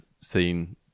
seen